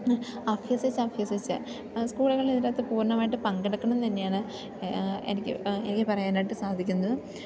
അഭ്യസിച്ച് അഭ്യസിച്ച് സ്കൂളുകളിൽ ഇതിൻ്റകത്ത് പൂർണ്ണമായിട്ട് പങ്കെടുക്കണമെന്നു തന്നെയാണ് എനിക്ക് എനിക്ക് പറയാനായിട്ട് സാധിക്കുന്നത്